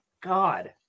God